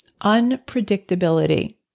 unpredictability